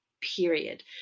Period